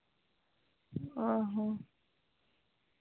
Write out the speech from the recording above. ᱚ ᱦᱚᱸ